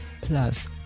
plus